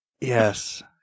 Yes